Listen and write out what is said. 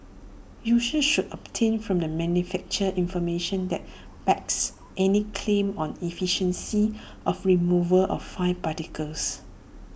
users should obtain from the manufacturer information that backs any claim on efficiency of removal of fine particles